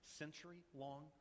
century-long